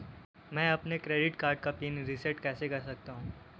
मैं अपने credit card का पिन रिसेट कैसे कर सकता हूँ?